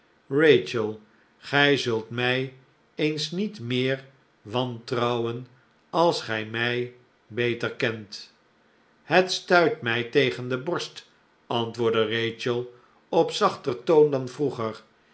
gij zult mij eens niet meer wantrouwen als gij mij beter kent het stuit mij tegen de borst antwoordde rachel op zachter toon dan vroeger